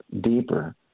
deeper